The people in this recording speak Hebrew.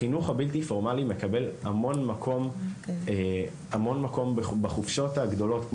החינוך הבלתי פורמלי מקבל הרבה מקום בחופשות הגדולות,